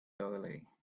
doyle